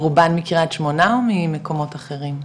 רובן מקרית שמונה או ממקומות אחרים?